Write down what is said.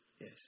Yes